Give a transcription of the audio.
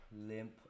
limp